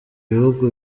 bihugu